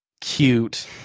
cute